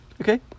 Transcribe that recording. Okay